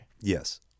Yes